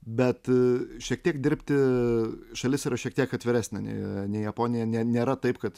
bet šiek tiek dirbti šalis yra šiek tiek atviresnė nei nei japonija ne nėra taip kad